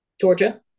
Georgia